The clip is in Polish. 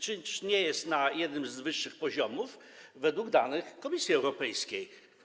Czy nie jest na jednym z wyższych poziomów według danych Komisji Europejskiej?